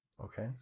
Okay